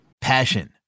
Passion